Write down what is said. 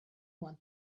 want